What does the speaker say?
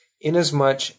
Inasmuch